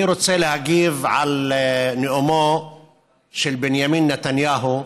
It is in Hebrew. אני רוצה להגיב על נאומו של בנימין נתניהו,